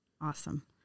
awesome